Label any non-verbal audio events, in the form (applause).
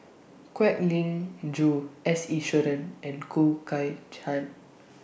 Kwek Leng Joo S Iswaran and Khoo Kay (unintelligible)